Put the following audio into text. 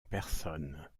personnes